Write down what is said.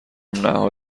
نهها